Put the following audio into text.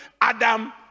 Adam